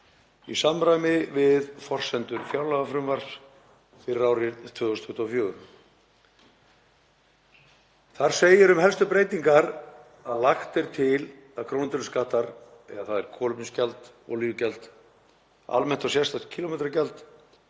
í samræmi við forsendur fjárlagafrumvarps fyrir árið 2024. Þar segir um helstu breytingar að lagt er til að krónutöluskattar, þ.e. kolefnisgjald, olíugjald, almennt og sérstakt kílómetragjald,